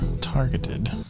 targeted